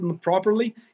properly